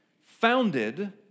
founded